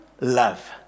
love